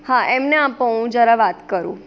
હા એમને આપો હું જરા વાત કરું